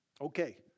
Okay